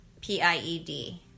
p-i-e-d